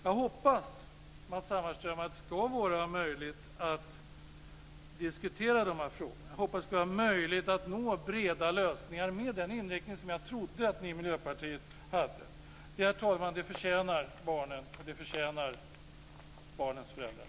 Jag hoppas, Matz Hammarström, att det ska vara möjligt att diskutera de här frågorna. Jag hoppas att det ska vara möjligt att nå breda lösningar med den inriktning som jag trodde att ni i Miljöpartiet hade. Herr talman! Det förtjänar barnen, och det förtjänar barnens föräldrar.